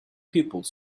people